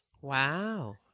Wow